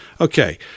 Okay